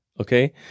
Okay